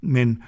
Men